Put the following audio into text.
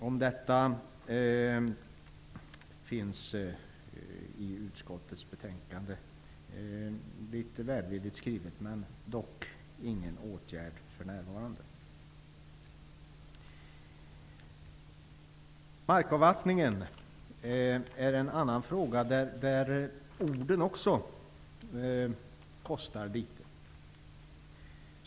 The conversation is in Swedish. Om detta skrivs litet välvilligt i utskottets betänkande, dock föreslås ingen åtgärd för närvarande. Markavvattningen är en annan fråga där orden också kostar litet.